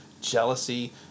jealousy